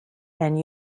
and